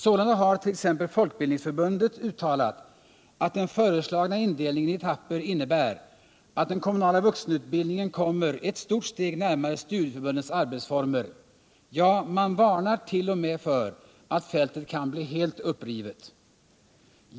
Sålunda har t.ex. Folkbitdningsförbundet uttalat att den föreslagna indelningen i etapper innebär att den kommunala vuxenutbildningen kommer ett stort steg närmare studieförbundens arbetsformer. Man varnar t.o.m. för att fältet kan bli helt upprivet.